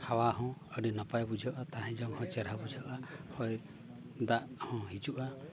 ᱦᱟᱣᱟ ᱦᱚᱸ ᱟᱹᱰᱤ ᱱᱟᱯᱟᱭ ᱵᱩᱡᱷᱟᱹᱜᱼᱟ ᱛᱟᱦᱮᱸ ᱡᱚᱝ ᱦᱚᱸ ᱪᱮᱦᱨᱟ ᱵᱩᱡᱷᱟᱹᱜᱼᱟ ᱦᱚᱭᱫᱟᱜ ᱦᱚᱸ ᱦᱤᱡᱩᱜᱼᱟ